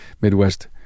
Midwest